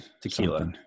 tequila